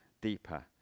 deeper